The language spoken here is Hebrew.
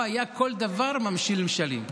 הוא, על כל דבר היה ממשיל משלים.